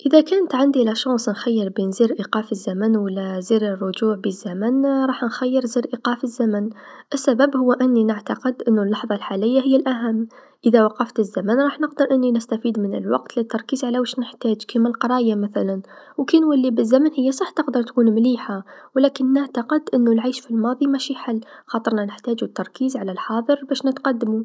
إذا كانت عندي القدره نخير بين زر إيقاف الزمن و لا الرجوع بالزمن راح نخير زر إيقاف الزمن، السبب هو أني نعتقد أنو اللحظه الحاليه هي الأهم، إذا وقفت الزمن راح نقدر أني نستفيد من الوقت لتركيز على واش نحتاج كيما القرايه مثلا و كنولي بالزمن هي صح تقدر تولي مليحه و لكن نعتقد أنو العيش في الماضي مش الحل خاطرنا نحتاجو التركيز على الحاضر باش نتقدمو.